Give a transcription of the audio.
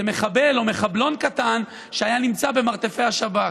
מחבל או מחבלון קטן שהיה נמצא במרתפי השב"כ.